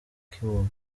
kibungo